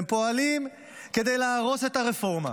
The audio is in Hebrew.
והם פועלים כדי להרוס את הרפורמה.